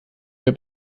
mir